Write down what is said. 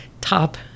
top